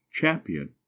champion